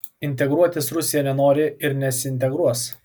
integruotis rusija nenori ir nesiintegruos